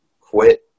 quit